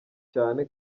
cyane